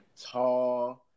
tall